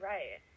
Right